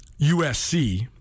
USC